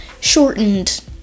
shortened